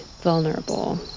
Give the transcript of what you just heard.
vulnerable